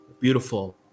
Beautiful